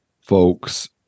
folks